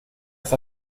ist